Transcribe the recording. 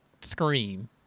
scream